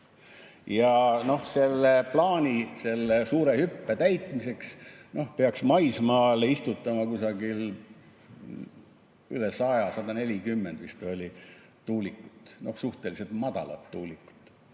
Ja selle plaani, selle suure hüppe täitmiseks peaks maismaale istutama kusagil üle 100 – 140 vist oli – tuulikut, suhteliselt madalat tuulikut.